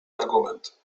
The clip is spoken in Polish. argument